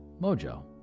Mojo